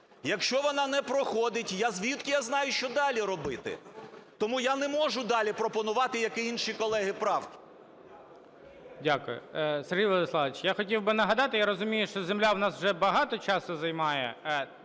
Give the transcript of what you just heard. якщо вона не проходить, звідки я знаю, що далі робити? Тому я не можу далі пропонувати, як і інші колеги, правки. ГОЛОВУЮЧИЙ. Дякую. Сергій Владиславович, я хотів би нагадати, я розумію, що земля в нас вже багато часу займає: